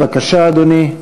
בבקשה, אדוני,